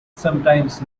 sometimes